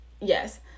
yes